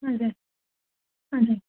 हजुर हजुर